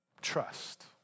Trust